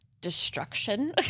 destruction